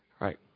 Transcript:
Right